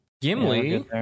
Gimli